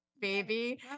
baby